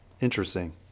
interesting